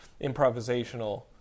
improvisational